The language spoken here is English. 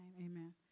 amen